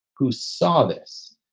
who saw this.